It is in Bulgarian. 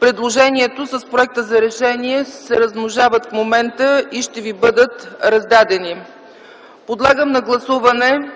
Предложението с Проекта за решение се размножават в момента и ще ви бъдат раздадени. Подлагам на гласуване